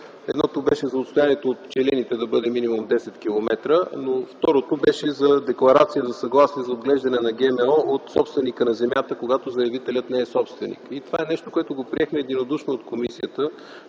Едното беше за отстоянието от пчелините – да бъде минимум 10 километра. Второто беше за декларация за съгласие за отглеждане на ГМО от собственика на земята, когато заявителят не е собственик. Това е нещо, което се прие единодушно от комисията.